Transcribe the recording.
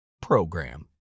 program